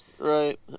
Right